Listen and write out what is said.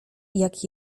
jak